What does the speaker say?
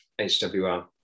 HWR